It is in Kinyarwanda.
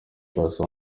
paccy